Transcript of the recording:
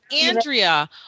Andrea